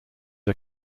are